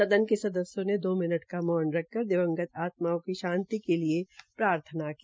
सदन के सदस्यों ने दो मिनट का मौन रखकर दिंवगत आत्माओं की शांति के लिए प्रार्थना की